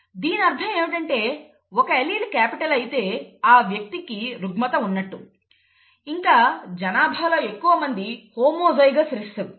దీని అర్థం ఏమిటంటే ఒక అల్లీల్ క్యాపిటల్ అయితే ఆ వ్యక్తికి రుగ్మత ఉన్నట్టు ఇంకా జనాభాలో ఎక్కువ మంది హోమోజైగస్ రిసెసివ్